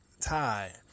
tie